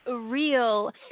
real